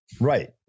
right